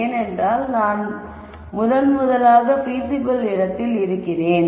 ஏனென்றால் நாம் முதல் முறையாக பீசிபிள் இடத்தில் இருக்கிறேன்